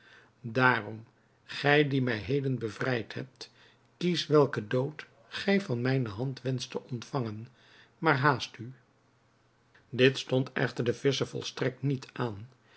daarom gij die mij heden bevrijd hebt kies welken dood gij van mijne hand wenscht te ontvangen maar haast u dit stond echter den visscher volstrekt niet aan